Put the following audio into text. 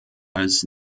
als